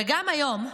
וגם היום,